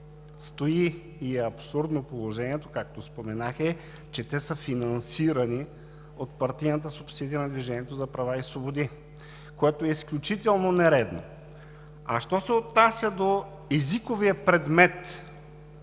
е абсурдно, както споменах, е, че те са финансирани от партийната субсидия на „Движението за права и свободи“, което е изключително нередно. А що се отнася до езиковия предмет